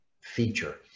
feature